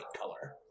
color